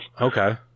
Okay